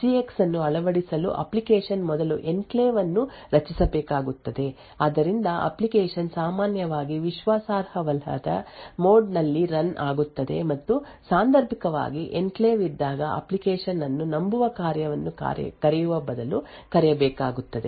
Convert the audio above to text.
ಆದ್ದರಿಂದ ಇದು ಮೂಲಭೂತವಾಗಿ ಎನ್ಕ್ಲೇವ್ ಗೆ ಕರೆಯಾಗಿದೆ ಆದ್ದರಿಂದ ಅಪ್ಲಿಕೇಶನ್ ನಲ್ಲಿ ವಾಸ್ತವವಾಗಿ ಎಸ್ಜಿಎಕ್ಸ್ ಅನ್ನು ಅಳವಡಿಸಲು ಅಪ್ಲಿಕೇಶನ್ ಮೊದಲು ಎನ್ಕ್ಲೇವ್ ಅನ್ನು ರಚಿಸಬೇಕಾಗುತ್ತದೆ ಆದ್ದರಿಂದ ಅಪ್ಲಿಕೇಶನ್ ಸಾಮಾನ್ಯವಾಗಿ ವಿಶ್ವಾಸಾರ್ಹವಲ್ಲದ ಮೋಡ್ ನಲ್ಲಿ ರನ್ ಆಗುತ್ತದೆ ಮತ್ತು ಸಾಂದರ್ಭಿಕವಾಗಿ ಎನ್ಕ್ಲೇವ್ ಇದ್ದಾಗ ಅಪ್ಲಿಕೇಶನ್ ಅನ್ನು ನಂಬುವ ಕಾರ್ಯವನ್ನು ಕರೆಯುವ ಬದಲು ಕರೆಯಬೇಕಾಗುತ್ತದೆ